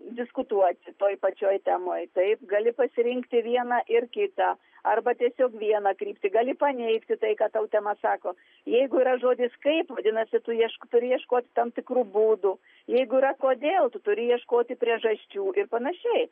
diskutuoti toj pačioj temoj taip gali pasirinkti vieną ir kitą arba tiesiog vieną kryptį gali paneigti tai ką tau tema sako jeigu yra žodis kaip vadinasi tu iešk turi ieškoti tam tikrų būdų jeigu yra kodėl tu turi ieškoti priežasčių ir panašiai